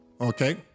Okay